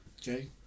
Jay